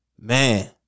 Man